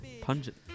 Pungent